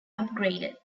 upgraded